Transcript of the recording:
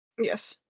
Yes